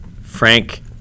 Frank